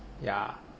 yeah